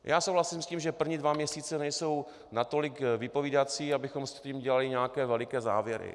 Já souhlasím s tím, že první dva měsíce nejsou natolik vypovídající, abychom dělali nějaké veliké závěry.